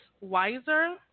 Wiser